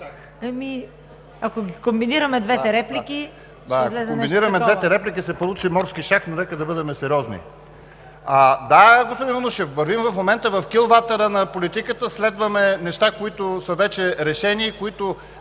Ако комбинираме двете реплики, ще излезе нещо такова.